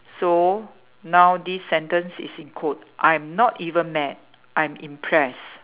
so now this sentence is in quote I'm not even mad I'm impressed